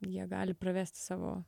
jie gali pravesti savo